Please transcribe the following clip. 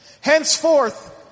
Henceforth